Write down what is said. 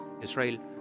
Israel